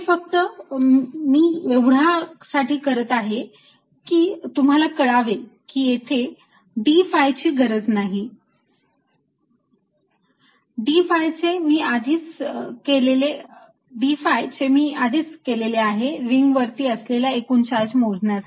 हे फक्त मी एवढासाठी करत आहे की तुम्हाला कळावे की येथे d phi ची गरज नाही d phi चे मी आधीच केलेले आहे रिंग वरती असलेला एकूण चार्ज मोजण्यासाठी